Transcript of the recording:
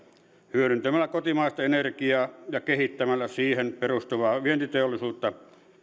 hyödyntämällä kotimaista energiaa ja kehittämällä siihen perustuvaa vientiteollisuutta